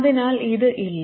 അതിനാൽ ഇത് ഇല്ല